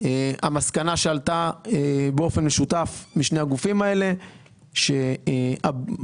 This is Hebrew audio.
המסקנה שעלתה באופן משותף משני הגופים האלה היא שהפגיעה